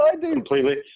completely